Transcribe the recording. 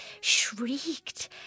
shrieked